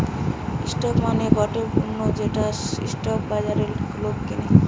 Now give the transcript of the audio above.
stock মানে গটে পণ্য যেটা স্টক বাজারে লোক কিনে